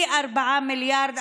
כ-4 מיליארד,